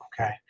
okay